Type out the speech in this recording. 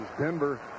Denver